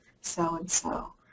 So-and-so